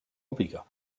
abiga